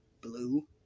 Blue